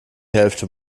hälfte